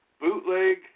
bootleg